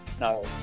No